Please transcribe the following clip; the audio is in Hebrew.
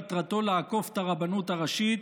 מטרתה לעקוף את הרבנות הראשית,